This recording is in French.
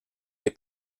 les